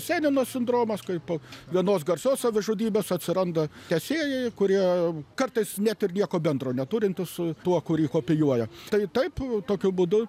senino sindromas kaip po vienos garsios savižudybės atsiranda tęsėjai kurie kartais net ir nieko bendro neturintys su tuo kurį kopijuoja tai taip tokiu būdu